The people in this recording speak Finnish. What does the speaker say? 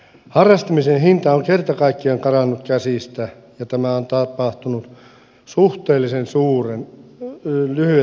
harrastamisen hinta on kerta kaikkiaan karannut käsistä ja tämä on tapahtunut suhteellisen lyhyessä ajassa